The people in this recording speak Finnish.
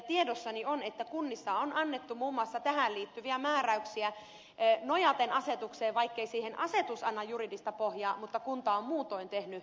tiedossani on että kunnissa on annettu muun muassa tähän liittyviä määräyksiä nojaten asetukseen vaikkei siihen asetus anna juridista pohjaa mutta kunta on muutoin tehnyt